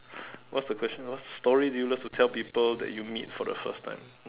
what's the question was story did you love to tell people that you meet for the first time